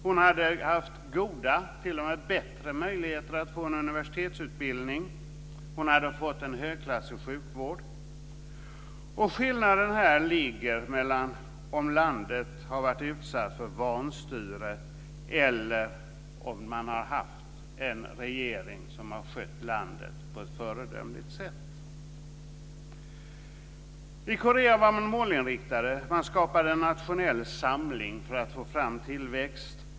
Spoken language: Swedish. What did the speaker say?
Hon hade haft goda, t.o.m. bättre, möjligheter att få en universitetsutbildning, hon hade fått en högklassig sjukvård. Skillnaden här ligger mellan om landet har varit utsatt för vanstyre eller om man har haft en regering som har skött landet på ett föredömligt sätt. I Korea var man målinriktad. Man skapade en nationell samling för att få fram tillväxt.